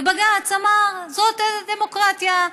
ובג"ץ אמר: זו הדמוקרטיה,